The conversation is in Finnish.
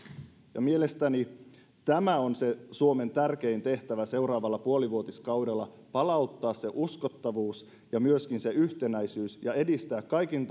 mielestäni tämä on suomen tärkein tehtävä seuraavalla puolivuotiskaudella palauttaa se uskottavuus ja myöskin se yhtenäisyys ja edistää kaikin